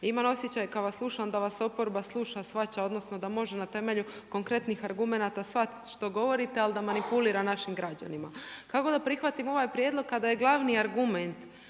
imam osjećaj kad vas slušam da vas oporba sluša, shvaća odnosno da može na temelju konkretnih argumenata shvatiti što govorite, ali da manipulira našim građanima. Kako da prihvatim ovaj prijedlog, kada je glavni argument,